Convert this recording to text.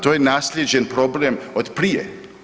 To je naslijeđen problem od prije.